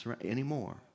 anymore